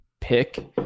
pick